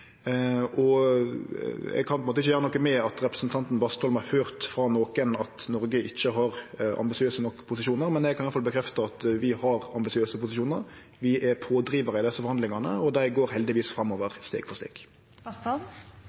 Eg kan på ein måte ikkje gjere noko med at representanten Bastholm har høyrt frå nokon at Noreg ikkje har ambisiøse nok posisjonar, men eg kan i alle fall bekrefte at vi har ambisiøse posisjonar, og at vi er ein pådrivar i desse forhandlingane, og dei går heldigvis framover steg for